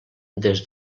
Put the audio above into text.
des